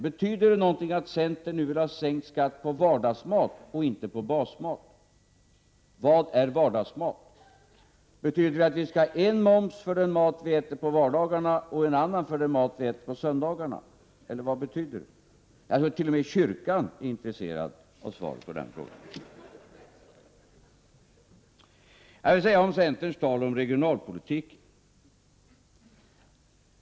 Betyder det någonting att centern nu vill ha sänkt skatt på vardagsmat och inte på basmat? Vad är vardagsmat? Betyder det att vi skall ha en moms för den mat vi äter på vardagarna och en annan för den mat vi äter på söndagarna? Jag tror t.o.m. att kyrkan är intresserad av svaret på den frågan. När det gällde centerns tal om regionalpolitik vill jag säga följande.